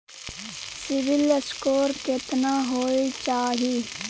CIBIL score केतना होय चाही?